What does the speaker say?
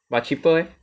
but cheaper eh